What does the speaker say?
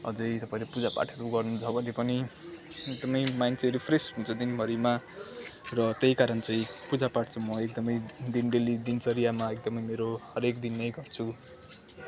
अझै तपाईँले पूजापाठहरू गर्नुहुन्छ भने पनि एकदमै माइन्ड चाहिँ रिफ्रेस हुन्छ दिनभरिमा र त्यही कारण चाहिँ पूजापाठ चाहिँ म एकदमै दिन डेली दिनचर्यामा एकदमै मेरो हरेक दिन नै गर्छु